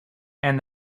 and